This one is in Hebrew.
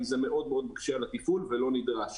כי זה מאוד מאוד מקשה על התפעול ולא נדרש.